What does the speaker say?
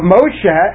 Moshe